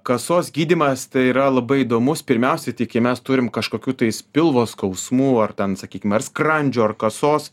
kasos gydymas tai yra labai įdomus pirmiausiai tai kai mes turim kažkokių tais pilvo skausmų ar ten sakykim ar skrandžio ar kasos